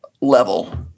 level